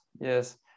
Yes